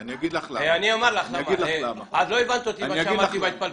את לא הבנת אותי מה שאמרתי בהתפלפלות.